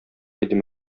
идем